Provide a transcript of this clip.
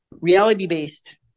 reality-based